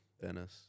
Venice